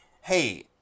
Hey